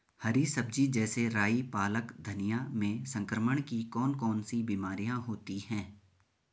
हरी सब्जी जैसे राई पालक धनिया में संक्रमण की कौन कौन सी बीमारियां होती हैं?